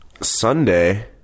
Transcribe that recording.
Sunday